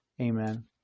Amen